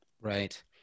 Right